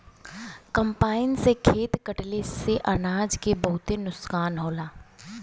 combine से खेत कटले से अनाज के बहुते नुकसान होला